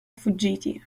fuggiti